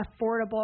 affordable